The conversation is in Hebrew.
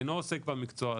אינו עוסק במקצוע הזה.